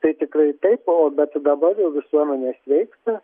tai tikrai taip o bet dabar jau visuomenė sveiksta